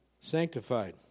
Sanctified